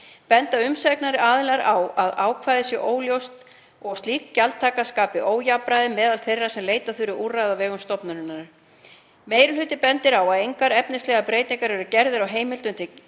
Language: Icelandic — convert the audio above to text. Benda umsagnaraðilar á að ákvæðið sé óljóst og að slík gjaldtaka skapi ójafnræði meðal þeirra sem leita þurfi úrræða á vegum stofnunarinnar. Meiri hlutinn bendir á að engar efnislegar breytingar eru gerðar á heimildum